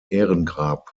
ehrengrab